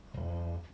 err